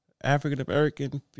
african-american